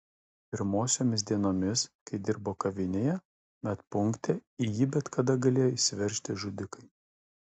pirmosiomis dienomis kai dirbo kavinėje medpunkte į jį bet kada galėjo įsiveržti žudikai